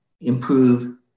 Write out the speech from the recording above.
improve